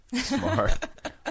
smart